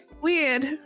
Weird